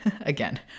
Again